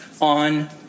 on